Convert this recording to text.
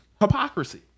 hypocrisy